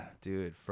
Dude